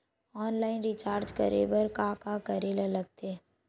Online recharge करे बर का का करे ल लगथे?